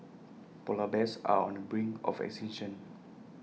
Polar Bears are on the brink of extinction